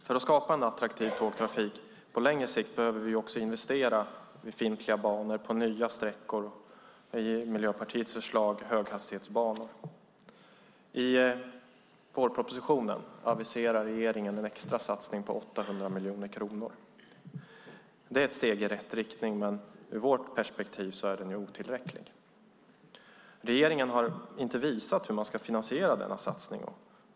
För att skapa en attraktiv tågtrafik på längre sikt behöver vi också investera i befintliga banor, i nya sträckor och, i Miljöpartiets förslag, i höghastighetsbanor. I vårpropositionen aviserar regeringen en extra satsning på 800 miljoner kronor. Det är ett steg i rätt riktning, men ur vårt perspektiv är det otillräckligt. Regeringen har inte visat hur man ska finansiera denna satsning.